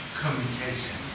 communication